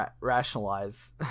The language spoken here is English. Rationalize